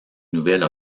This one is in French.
nouvelle